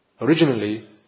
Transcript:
originally